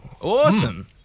awesome